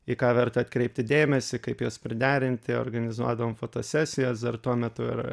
į ką verta atkreipti dėmesį kaip juos priderinti organizuodavom fotosesijas dar tuo metu ir